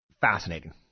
fascinating